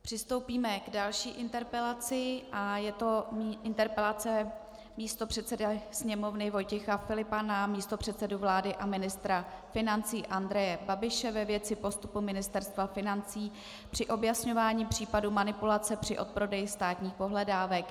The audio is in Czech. Přistoupíme k další interpelaci a je to interpelace místopředsedy Sněmovny Vojtěcha Filipa na místopředsedu vlády a ministra financí Andreje Babiše ve věci postupu Ministerstva financí při objasňování případu manipulace při odprodeji státních pohledávek.